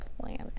planet